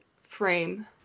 frame